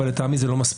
אבל לטעמי זה לא מספיק.